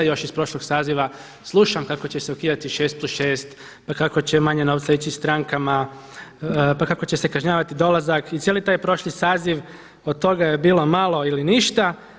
Još iz prošlog saziva slušam kako će se ukidati 6+6, pa kako će manje novac ići strankama, pa kako će se kažnjavati dolazak i cijeli taj prošli saziv od toga je bilo malo ili ništa.